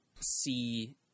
see